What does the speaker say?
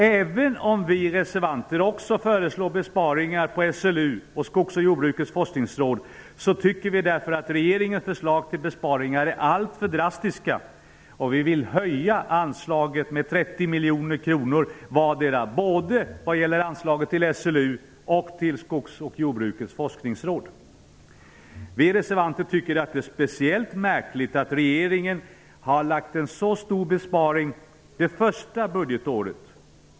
Även om också vi reservanter föreslår besparingar på SLU och Skogs och jordbrukets forskningsråd tycker vi därför att regeringens förslag till besparingar är alltför drastiska, och vi vill höja anslaget till SLU Vi reservanter anser att det är speciellt märkligt att regeringen har lagt fram en så stor besparing under det första budgetåret.